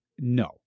no